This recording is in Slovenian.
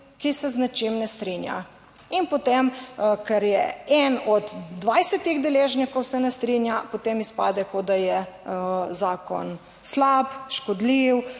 ki se z nečim ne strinja in potem, ker je eden od 20 deležnikov se ne strinja, potem izpade kot da je zakon slab, škodljiv